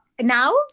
Now